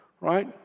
right